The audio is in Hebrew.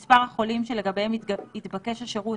הכללי מספר החולים שלגביהם התבקש השירות